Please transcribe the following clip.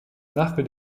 arc